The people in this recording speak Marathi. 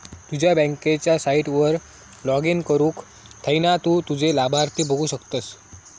तुझ्या बँकेच्या साईटवर लाॅगिन करुन थयना तु तुझे लाभार्थी बघु शकतस